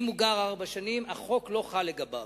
אם הוא גר ארבע שנים, החוק לא חל לגביו.